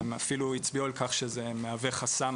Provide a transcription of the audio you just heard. הם אפילו הצביעו על כך שזה מהווה חסם